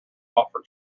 offer